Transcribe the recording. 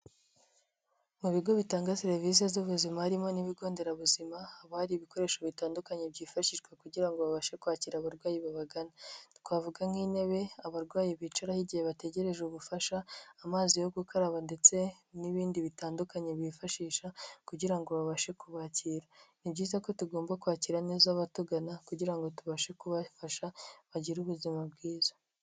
Mu bigo bitanga serivisi z'ubuzima harimo n'ibigo nderabuzima haba hari ibikoresho bitandukanye byifashishwa kugira ngo babashe kwakira abarwayi babagana. Twavuga nk'intebe abarwayi bicaraho igihe bategereje ubufasha ,amazi yo gukaraba ndetse n'ibindi bitandukanye bifashisha kugira ngo babashe kubakira, ni byiza ko tugomba kwakira neza abatugana kugira ngo tubashe kubafasha bagire ubuzima bwiza.